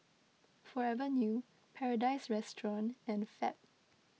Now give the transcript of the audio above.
Forever New Paradise Restaurant and Fab